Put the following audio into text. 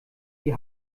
die